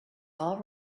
all